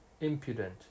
Impudent